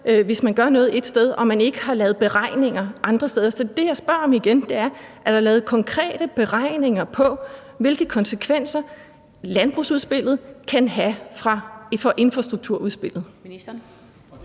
hvis man gør noget et sted og man ikke har lavet beregninger andre steder. Så det, jeg igen spørger om, er: Er der lavet konkrete beregninger på, hvilke konsekvenser landbrugsudspillet kan have for infrastrukturudspillet?